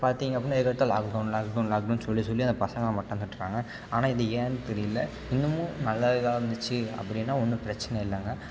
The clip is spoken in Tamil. பார்த்தீங்க அப்புடின்னா எதை எடுத்தாலும் லாக்டவுன் லாக்டவுன் லாக்டவுன்னு சொல்லி சொல்லி அந்த பசங்கள் மட்டந்தட்டுறாங்க ஆனால் இது ஏன் தெரியல இன்னமும் நல்ல இதாக இருந்துச்சு அப்படின்னா ஒன்றும் பிரச்சனை இல்லைங்க